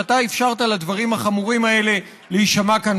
שאתה אפשרת לדברים החמורים האלה להישמע כאן,